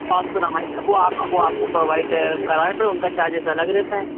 bouncer हमारी वो वो आपको प्रोवाइट उनके चारजेस अलग रहते हैं